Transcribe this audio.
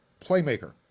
playmaker